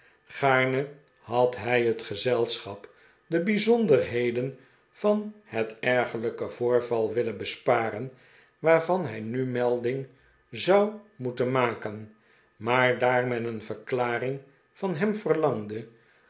gaarne had hij het gezelschap de bijzonderheden van het ergerlijke voorval willen be spar en waarvan hij nu melding zou moeten maken maar daar men een verklaring van hem